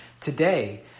today